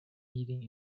meeting